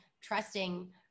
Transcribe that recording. trusting